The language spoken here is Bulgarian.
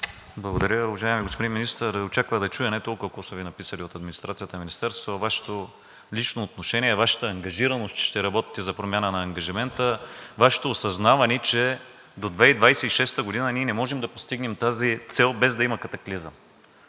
Благодаря. Уважаеми господин Министър, очаквах да чуя не толкова какво са Ви написали от администрацията на Министерството, а Вашето лично отношение, Вашата ангажираност, че ще работите за промяна на ангажимента, Вашето осъзнаване, че до 2026 г. ние не можем да постигнем тази цел, без да има катаклизъм.